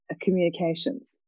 communications